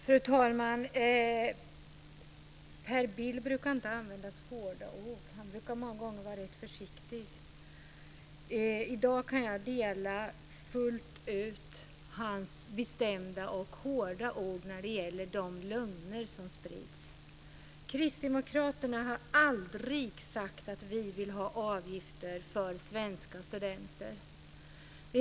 Fru talman! Per Bill brukar inte använda hårda ord. Han brukar många gånger vara rätt försiktig. I dag kan jag fullt ut dela hans bestämda och hårda ord när det gäller de lögner som sprids. Vi kristdemokrater har aldrig sagt att vi vill ha avgifter för svenska studenter.